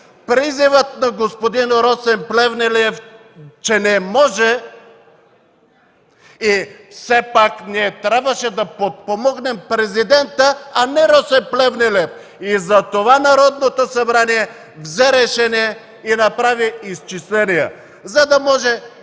призивът на господин Росен Плевнелиев, че не може. Все пак ние трябваше да подпомогнем президента, а не Росен Плевнелиев. Затова Народното събрание взе решение и направи изчисления, за да може